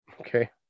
Okay